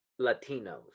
latinos